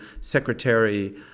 Secretary